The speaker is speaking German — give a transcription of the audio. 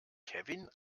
kevin